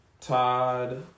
Todd